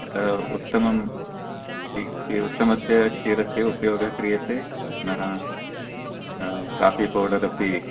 अतः उत्तमम् उत्तमस्य क्षीरस्य उपयोगः क्रियते पुनः काफ़ी पौडर् अपि